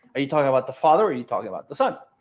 are you talking about the father? are you talking about the son?